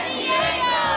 Diego